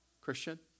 Christian